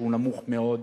נמוך מאוד,